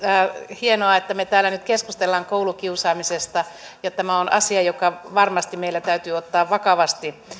hienoa että me täällä nyt keskustelemme koulukiusaamisesta ja tämä on asia joka varmasti meillä täytyy ottaa vakavasti